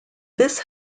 this